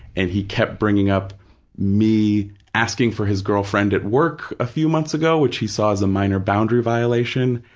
and he kept bringing up me asking for his girlfriend at work a few months ago, which he saw as a minor boundary violation,